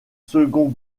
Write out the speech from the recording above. second